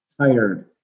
tired